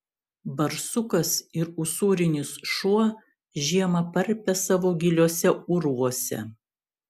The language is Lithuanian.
barsukas ir usūrinis šuo žiemą parpia savo giliuose urvuose